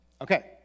Okay